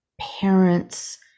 parents